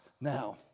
now